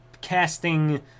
casting